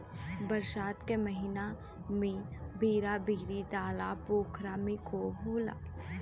बरसात के महिना में बेरा बेरी तालाब पोखरा में खूब होला